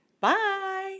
bye